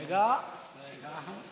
ההצעה להעביר את הנושא לוועדת הכלכלה